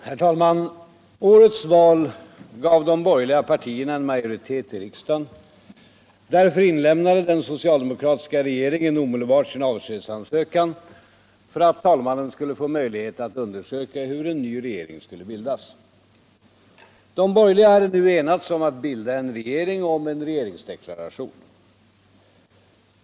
Herr talman! Årets val gav de borgerliga partierna en majoritet i riksdagen. Därför inlämnade den socialdemokratiska regeringen omedelbart sin avskedsansökan för att tälmannen skulle få möjlighet att undersöka hur en ny regering skulle bildas. De borgerliga har nu enats om att bilda en regering och om en regeringsdeklaration.